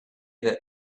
that